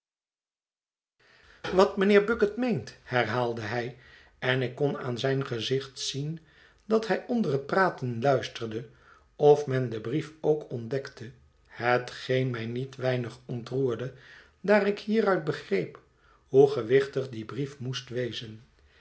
wat mijnheer bucket meent herhaalde hij en ik kon aan zijn gezicht zien dat hij onder het praten luisterde of men den brief ook ontdekte hetgeen mij niet weinig ontroerde daar ik hieruit begreep hoe gewichtig die brief moest wezen